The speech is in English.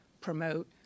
promote